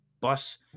bus